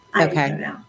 Okay